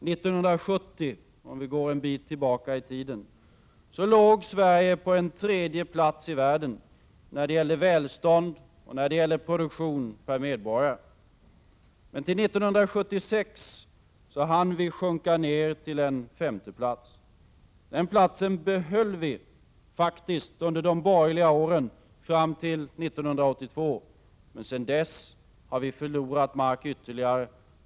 1970 låg Sverige på tredje plats i världen när det gällde välstånd och produktion per medborgare. Men till 1976 hann vi sjunka ner till femte plats. Den platsen behöll vi under de borgerliga åren fram till 1982. Men sedan dess har vi förlorat mark ytterligare.